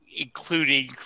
including